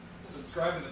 Subscribe